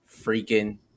freaking